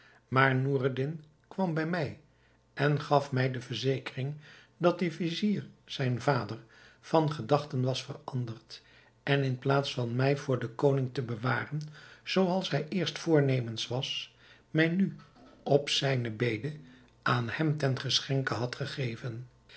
maar noureddin kwam bij mij en gaf mij de verzekering dat de vizier zijn vader van gedachten was veranderd en in plaats van mij voor den koning te bewaren zooals hij eerst voornemens was mij nu op zijne bede aan hem ten geschenke had gegeven